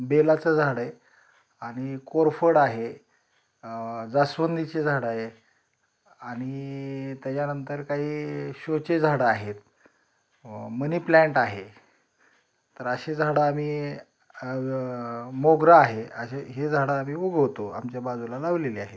बेलाचं झाड आहे आणि कोरफड आहे जास्वंदीची झाडं आहे आणि त्याच्यानंतर काही शोची झाडं आहेत मनीप्लॅंट आहे तर अशी झाडं आम्ही मोगरा आहे असे हे झाडं आम्ही उगवतो आमच्या बाजूला लावलेली आहेत